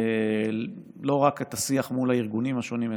לא רק שיח מול הארגונים השונים,